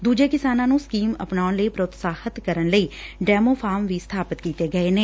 ਦੂਜੇ ਕਿਸਾਨਾਂ ਨੂੰ ਸਕੀਮ ਅਪਣਾਉਣ ਲਈ ਪ੍ਰੋਤ ਸਾਹਿਤ ਕਰਨ ਲਈ ਡੈਮੋ ਫਾਰਮ ਵੀ ਸਥਾਪਿਤ ਕੀਤੇ ਗਏ ਨੇ